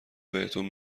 بهتون